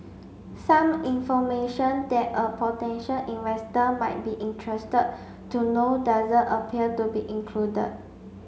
some information that a potential investor might be interested to know doesn't appear to be included